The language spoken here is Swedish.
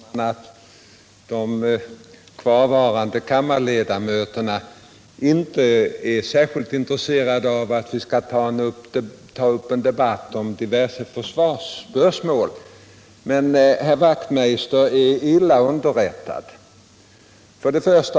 Herr talman! Jag tror att de närvarande kammarledamöterna inte är särskilt intresserade av att ta upp en debatt om diverse försvarsspörsmål. Men jag vill säga att Knut Wachtmeister är illa underrättad.